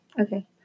Okay